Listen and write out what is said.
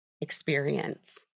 experience